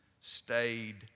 stayed